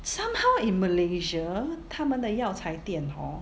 somehow in malaysia 他们的药材店 hor